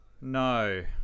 no